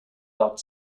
out